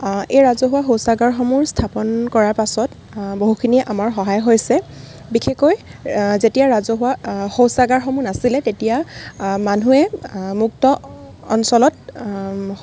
এই ৰাজহুৱা শৌচাগাৰসমূহ স্থাপন কৰাৰ পাছত বহুখিনি আমাৰ সহায় হৈছে বিশেষকৈ যেতিয়া ৰাজহুৱা শৌচাগাৰসমূহ নাছিলে তেতিয়া মানুহে মুক্ত অঞ্চলত